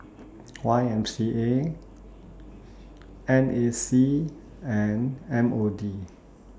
Y M C A N A C and M O D